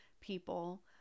people